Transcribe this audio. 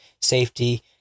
safety